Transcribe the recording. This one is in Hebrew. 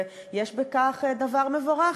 ויש בכך דבר מבורך,